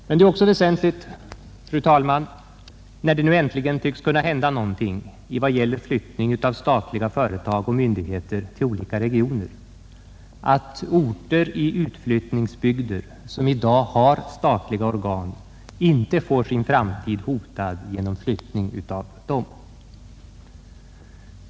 Men det är också, fru talman, mot bakgrunden av att det äntligen tycks kunna hända något i vad gäller utflyttningen av statliga företag och myndigheter till olika regioner väsentligt, att orter i utflyttningsbygder som i dag har statliga organ inte får sin framtid hotad genom att dessa placeras på annat håll.